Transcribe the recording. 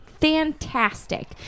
Fantastic